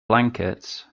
blankets